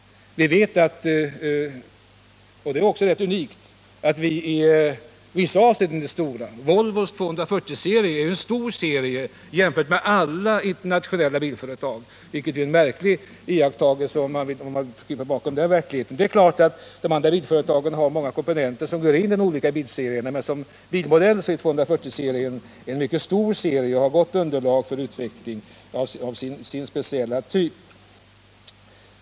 Vi vet också, och det är rätt okänt, att vi i vissa avseenden är stora. Volvos 240-serie är en stor serie, jämförd med serierna i alla internationella bilföretag. Och det är en märklig sak. Det är klart att de andra bilföretagen har många komponenter som ingår i de olika bilserierna, men som bilmodell är 240-serien en mycket stor serie och utgör ett gott underlag för utveckling av denna speciella typ.